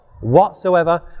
whatsoever